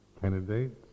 candidates